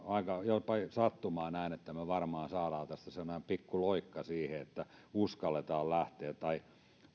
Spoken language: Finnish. jopa sattumaa että me varmaan saamme tästä semmoisen pikku loikan siihen että uskallamme lähteä kun